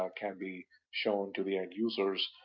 ah can be shown to the end users,